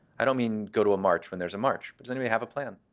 i don't mean go to a march when there's a march, but does anybody have a plan?